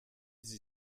sie